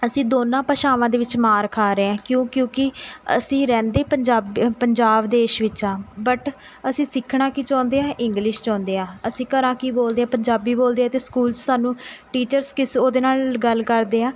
ਅਸੀਂ ਦੋਨਾਂ ਭਾਸ਼ਾਵਾਂ ਦੇ ਵਿੱਚ ਮਾਰ ਖਾ ਰਹੇ ਹਾਂ ਕਿਉਂ ਕਿਉਂਕਿ ਅਸੀਂ ਰਹਿੰਦੇ ਪੰਜਾਬ ਪੰਜਾਬ ਦੇਸ਼ ਵਿੱਚ ਹਾਂ ਬਟ ਅਸੀਂ ਸਿੱਖਣਾ ਕੀ ਚਾਹੁੰਦੇ ਹਾਂ ਇੰਗਲਿਸ਼ ਚਾਹੁੰਦੇ ਹਾਂ ਅਸੀਂ ਘਰਾਂ ਕੀ ਬੋਲਦੇ ਹਾਂ ਪੰਜਾਬੀ ਬੋਲਦੇ ਹਾਂ ਅਤੇ ਸਕੂਲ ਸਾਨੂੰ ਟੀਚਰਸ ਕਿਸ ਉਹਦੇ ਨਾਲ਼ ਗੱਲ ਕਰਦੇ ਹਾਂ